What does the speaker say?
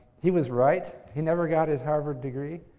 he was right. he never got his harvard degree.